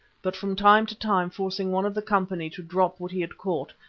but from time to time forcing one of the company to drop what he had caught,